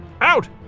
Out